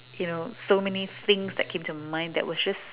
you know so many things that came to mind that was just